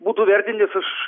būtų vertint nes aš